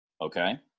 okay